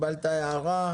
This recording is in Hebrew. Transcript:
שמעת הערה.